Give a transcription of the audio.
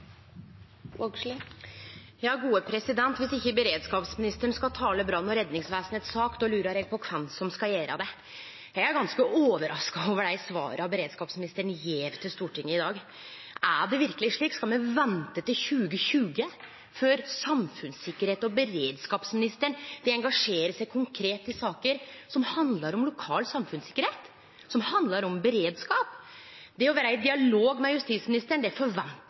beredskapsministeren skal tale brann- og redningsvesenets sak, da lurar eg på kven som skal gjere det. Eg er ganske overraska over dei svara beredskapsministeren gjev til Stortinget i dag. Er det verkeleg slik at me skal vente til 2020 før samfunnssikkerheits- og beredskapsministeren vil engasjere seg konkret i saker som handlar om lokal samfunnssikkerheit, som handlar om beredskap? Det å vere i dialog med justisministeren, det forventar